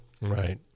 Right